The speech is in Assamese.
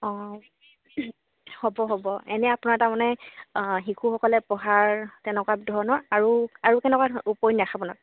অঁ হ'ব হ'ব এনেই আপোনাৰ তাৰমানে শিশুসকলে পঢ়াৰ তেনেকুৱা ধৰণৰ আৰু আৰু কেনেকুৱা উপন্যাস আপোনাৰ